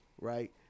right